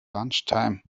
lunchtime